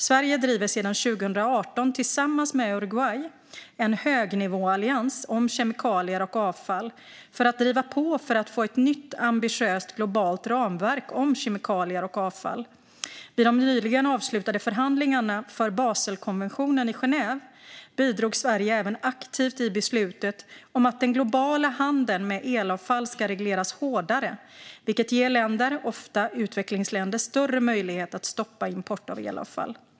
Sverige driver sedan 2018 tillsammans med Uruguay en högnivåallians om kemikalier och avfall för att driva på för att få ett nytt ambitiöst globalt ramverk om kemikalier och avfall. Vid de nyligen avslutade förhandlingarna om Baselkonventionen i Genève bidrog Sverige även aktivt i beslutet om att den globala handeln med elavfall ska regleras hårdare, vilket ger länder - ofta utvecklingsländer - större möjligheter att stoppa import av elavfall.